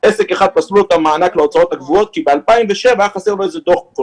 לעסק אחד פסלו את המענק להוצאות הקבועות כי ב-2007 היה חסר לו איזה דוח.